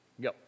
Go